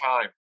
time